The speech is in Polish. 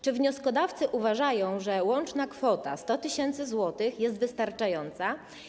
Czy wnioskodawcy uważają, że łączna kwota 100 tys. zł jest wystarczająca?